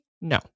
No